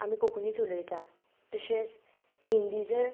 आमी कोंकणींच उलयतां तशेंच हिंदी जर